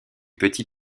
petit